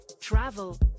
travel